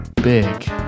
big